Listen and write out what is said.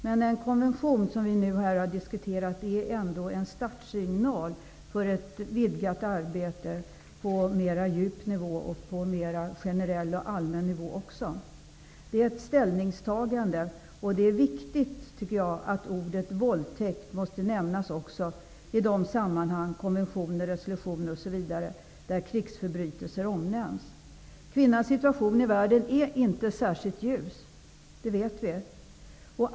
Men en sådan konvention som vi har diskuterat här skulle ändock vara en startsignal för ett vidgat arbete på såväl mera djup som mera allmän och generell nivå. Det är ett ställningstagande. Det är viktigt att ordet ''våldtäkt'' nämns i de sammanhang, konventioner och resolutioner m.m., där krigsförbrytelser omnämns. Kvinnans situation i världen är inte särskilt ljus. Det vet vi.